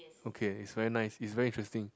okay it's very nice it's very interesting